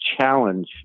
challenge